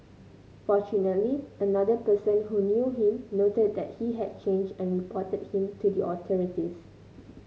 fortunately another person who knew him noted that he had changed and reported him to the authorities